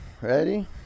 Ready